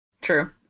true